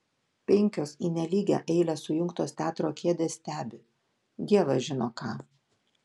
penkios į nelygią eilę sujungtos teatro kėdės stebi dievas žino ką